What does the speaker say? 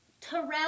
Terrell